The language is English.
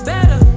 Better